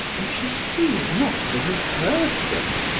and she seemed not to have heard them,